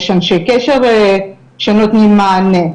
יש אנשי קשר שנותנים מענה,